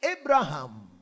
Abraham